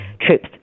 troops